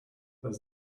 there